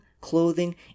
clothing